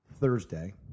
Thursday